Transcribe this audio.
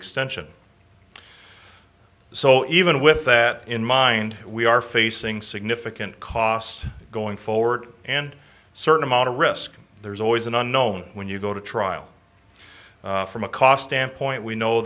extension so even with that in mind we are facing significant costs going forward and certain amount of risk there's always an unknown when you go to trial from a cost standpoint we know